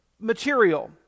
material